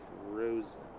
Frozen